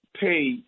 pay